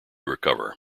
recover